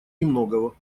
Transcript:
немногого